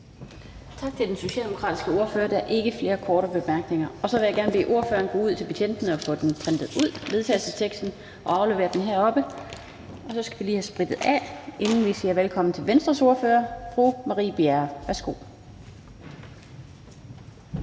Tak til den socialdemokratiske ordfører. Der er ikke flere korte bemærkninger. Så vil jeg gerne bede ordføreren om at gå ud til betjentene og få vedtagelsesteksten printet ud og aflevere den heroppe. Og så skal vi lige have sprittet af, inden vi siger velkommen til Venstres ordfører fru Marie Bjerre. Værsgo. Kl.